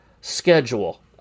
schedule